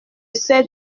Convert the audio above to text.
sais